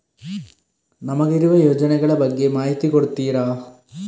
ನಮಗಿರುವ ಯೋಜನೆಗಳ ಬಗ್ಗೆ ಮಾಹಿತಿ ಕೊಡ್ತೀರಾ?